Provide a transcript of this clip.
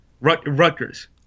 Rutgers